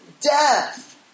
death